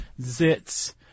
zits